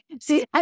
see